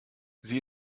sie